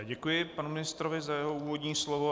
Děkuji panu ministrovi za jeho úvodní slovo.